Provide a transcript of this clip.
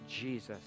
Jesus